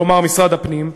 כלומר משרד הפנים,